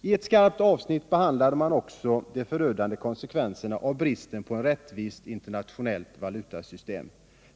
I ett skarpt avsnitt behandlade man också de förödande konsekvenserna av bristen på ett rättvist internationellt valutasystem.